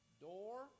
Door